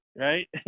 Right